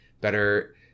better